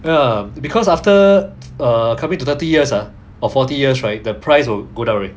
!huh! because after err coming to thirty years ya forty years right the price will go down right